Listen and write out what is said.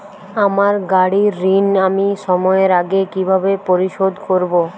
আমার গাড়ির ঋণ আমি সময়ের আগে কিভাবে পরিশোধ করবো?